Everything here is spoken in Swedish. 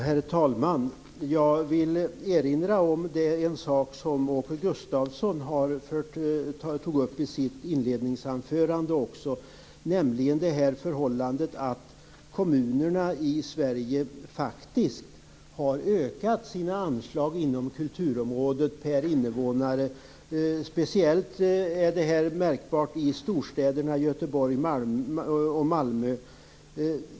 Herr talman! Jag vill erinra om en sak som Åke Gustavsson tog upp i sitt inledningsanförande, nämligen att kommunerna i Sverige per invånare faktiskt har fått ökade anslag inom kulturområdet. Speciellt märkbart är detta i storstäderna Göteborg och Malmö.